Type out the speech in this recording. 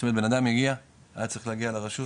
זאת אומרת בן אדם מגיע, היה צריך להגיע לרשות